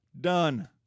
done